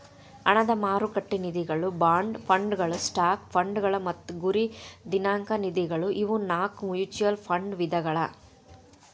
ಹಣದ ಮಾರುಕಟ್ಟೆ ನಿಧಿಗಳ ಬಾಂಡ್ ಫಂಡ್ಗಳ ಸ್ಟಾಕ್ ಫಂಡ್ಗಳ ಮತ್ತ ಗುರಿ ದಿನಾಂಕ ನಿಧಿಗಳ ಇವು ನಾಕು ಮ್ಯೂಚುಯಲ್ ಫಂಡ್ ವಿಧಗಳ